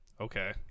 okay